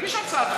תגיש הצעת חוק,